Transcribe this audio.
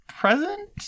present